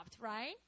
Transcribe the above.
right